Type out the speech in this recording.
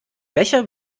becher